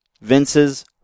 Vince's